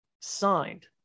signed